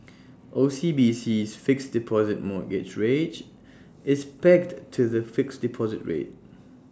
O C B C's fixed deposit mortgage rate is pegged to the fixed deposit rate